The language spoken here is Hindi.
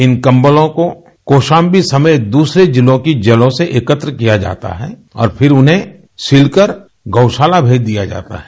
इन कम्बलों को कौशाम्बी समेत द्रसरे जिलों की जेलों से एकत्र किया जाता है और फिर उन्हें सिलकर गौ शाला भेज दिया जाता हैं